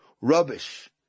rubbish